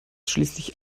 schließlich